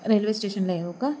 railway स्टेशनला येऊ का